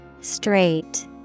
Straight